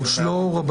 תודה רבה גלעד,